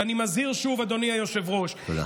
ואני מזהיר שוב, אדוני היושב-ראש, תודה.